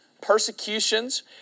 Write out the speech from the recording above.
persecutions